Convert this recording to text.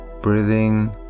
breathing